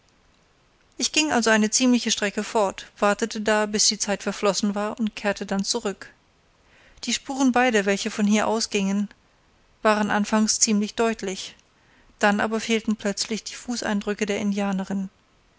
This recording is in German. ich ging also eine ziemliche strecke fort wartete da bis die zeit verflossen war und kehrte dann zurück die spuren beider welche von hier ausgingen waren anfangs ziemlich deutlich dann aber fehlten plötzlich die fußeindrücke der indianerin